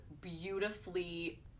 beautifully